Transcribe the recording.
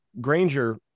Granger